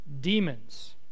demons